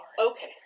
Okay